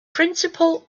principle